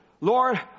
Lord